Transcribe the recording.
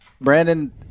Brandon